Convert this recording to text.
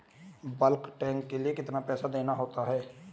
Bulk tank के लिए कितना पैसा देना होता है?